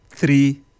Three